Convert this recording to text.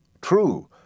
True